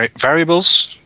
variables